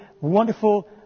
wonderful